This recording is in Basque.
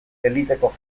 eliteko